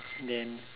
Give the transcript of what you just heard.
then